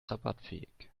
rabattfähig